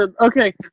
okay